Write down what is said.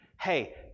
hey